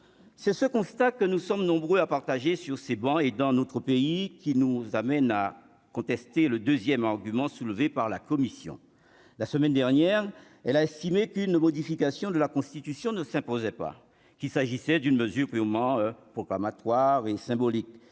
c'est ce constat que nous sommes nombreux à partager sur ces bancs et dans notre pays, qui nous amène à contester le 2ème argument soulevé par la commission la semaine dernière, elle a estimé qu'une modification de la Constitution ne s'imposait pas, qu'il s'agissait d'une mesure purement pour pas m'asseoir et symbolique